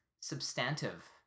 substantive